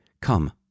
come